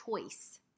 choice